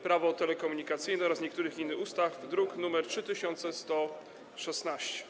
Prawo telekomunikacyjne oraz niektórych innych ustaw, druk nr 3116.